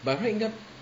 by right 应该